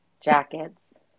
jackets